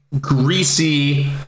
greasy